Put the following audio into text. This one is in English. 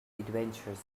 adventures